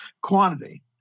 quantity